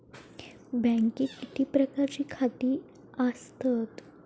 बँकेत किती प्रकारची खाती आसतात?